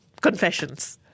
confessions